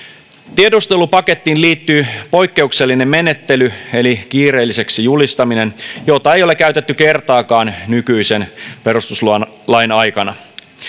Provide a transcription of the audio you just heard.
tiedustelupakettiin liittyy poikkeuksellinen menettely eli kiireelliseksi julistaminen jota ei ole käytetty kertaakaan nykyisen perustuslain aikana